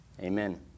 Amen